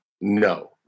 No